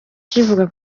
kivuga